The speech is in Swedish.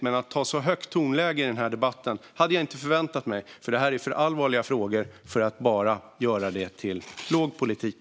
Men att ni skulle ha ett så högt tonläge i den här debatten hade jag inte förväntat mig. Detta är för allvarliga frågor för att bara göras till låg politik.